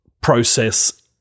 process